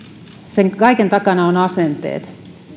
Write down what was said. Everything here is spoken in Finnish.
sen kaiken takana ovat asenteet